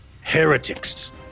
heretics